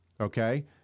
Okay